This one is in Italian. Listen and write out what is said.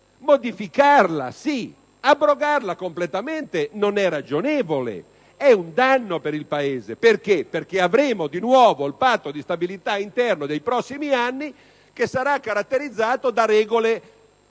modificare, ma sopprimerla completamente non è ragionevole: è un danno per il Paese perché in tal modo di nuovo il Patto di stabilità interno dei prossimi anni sarà caratterizzato da regole